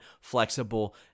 flexible